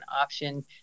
option